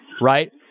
right